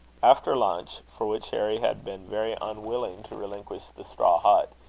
after lunch, for which harry had been very unwilling to relinquish the straw hut,